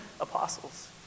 apostles